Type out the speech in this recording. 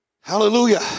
Hallelujah